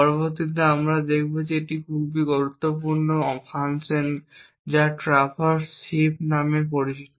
পরবর্তীতে আমরা দেখব একটি অত্যন্ত গুরুত্বপূর্ণ ফাংশন যা ট্রাভার্স হিপ ফাংশন নামে পরিচিত